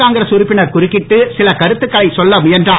காங்கிரஸ் உறுப்பினர் குறுக்கீட்டு சில கருத்துக்களை சொல்ல முயன்றார்